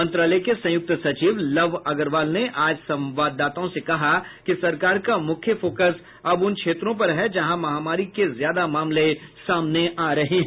मंत्रालय के संयुक्त सचिव लव अग्रवाल ने आज संवाददाताओं से कहा कि सरकार का मुख्य फोकस अब उन क्षेत्रों पर है जहां महामारी के ज्यादा मामले सामने आ रहे हैं